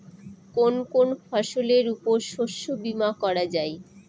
কোন কোন ফসলের উপর শস্য বীমা করা যায়?